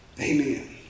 Amen